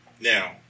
Now